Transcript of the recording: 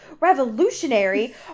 Revolutionary